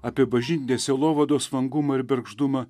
apie bažnytinės sielovados vangumą ir bergždumą